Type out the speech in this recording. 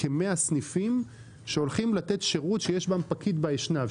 כ-100 סניפים שהולכים לתת שירות שיש פקיד באשנב,